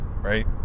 right